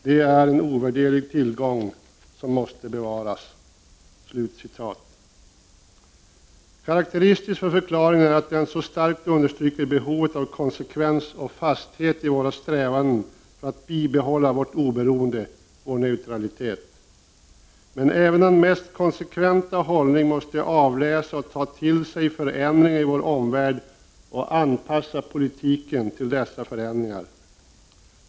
Det är en ovärderlig tillgång som måste bevaras.” Karakteristiskt för förklaringen är att den så starkt understryker behovet av konsekvens och fasthet i våra strävanden för att bibehålla vårt oberoende, vår neutralitet. Men även med den mest konsekventa hållning måste man avläsa och ta till sig förändringar i vår omvärld och anpassa politiken till dessa förändringar.